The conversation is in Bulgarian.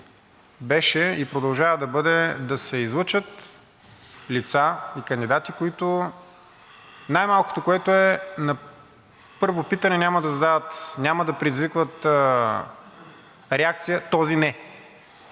беше и продължава да бъде да се излъчат лица и кандидати, които най-малкото, което е, на първо питане няма да предизвикват реакция: „Този не!“,